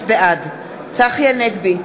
בעד צחי הנגבי,